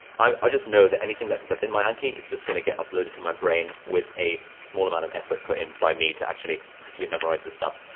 i just know that anything that that's in my anki is just going to get uploaded to my brain with a small amount of effort put in, by me, to actually actually memorize this stuff.